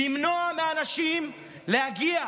למנוע מאנשים להגיע